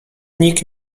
nikt